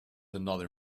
another